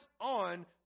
on